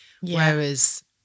Whereas